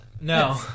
No